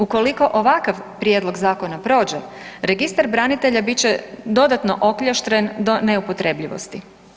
Ukoliko ovakav prijedlog zakona prođe, Registar branitelja bit će dodatno okljaštren do neupotrebljivosti.